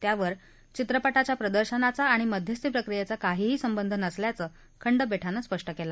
त्यावर चित्रपटाच्या प्रदर्शनाचा आणि मध्यस्थी प्रक्रियेचा काहीही संबंध नसल्याचं खंडपीठानं स्पष्ट केलं